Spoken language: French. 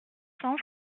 sens